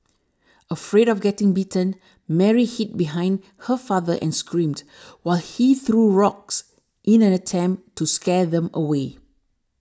afraid of getting bitten Mary hid behind her father and screamed while he threw rocks in an attempt to scare them away